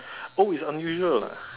oh it's unusual ah